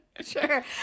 sure